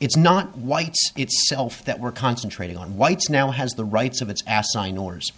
it's not white itself that we're concentrating on whites now has the rights of its asinine orders